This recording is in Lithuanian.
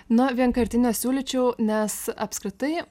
nuo vienkartinio siūlyčiau nes apskritai